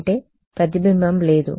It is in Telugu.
అంటే ప్రతిబింబం లేదు